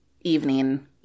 evening